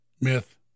Myth